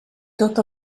tot